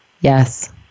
Yes